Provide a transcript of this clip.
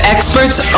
Experts